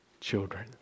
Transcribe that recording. children